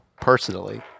Personally